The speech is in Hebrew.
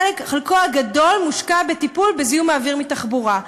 החלק הגדול מושקע בטיפול בזיהום האוויר מתחבורה.